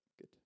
Good